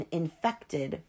infected